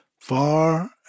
Far